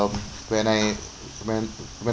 you know when I when when